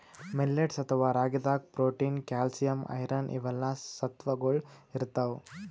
millets ಅಥವಾ ರಾಗಿದಾಗ್ protein, calcium, iron ಇವೆಲ್ಲಾ ಸತ್ವಗೊಳ್ ಇರ್ತವ್